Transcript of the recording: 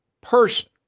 person